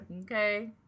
Okay